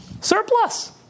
surplus